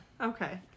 Okay